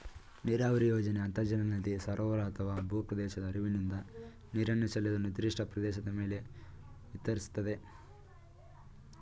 ನೀರಾವರಿ ಯೋಜನೆ ಅಂತರ್ಜಲ ನದಿ ಸರೋವರ ಅಥವಾ ಭೂಪ್ರದೇಶದ ಹರಿವಿನಿಂದ ನೀರನ್ನು ಸೆಳೆದು ನಿರ್ದಿಷ್ಟ ಪ್ರದೇಶದ ಮೇಲೆ ವಿತರಿಸ್ತದೆ